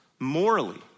Morally